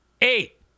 eight